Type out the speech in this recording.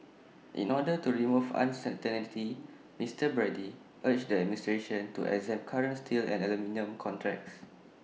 in order to remove uncertainty Mister Brady urged the administration to exempt current steel and aluminium contracts